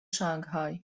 شانگهای